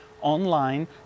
online